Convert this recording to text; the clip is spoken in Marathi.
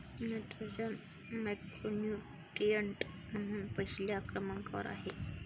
नायट्रोजन मॅक्रोन्यूट्रिएंट म्हणून पहिल्या क्रमांकावर आहे